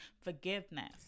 Forgiveness